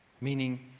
meaning